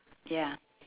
ya